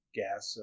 gas